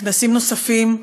כנסים נוספים.